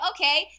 okay